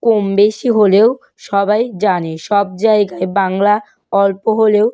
কম বেশি হলেও সবাই জানে সব জায়গায় বাংলা অল্প হলেও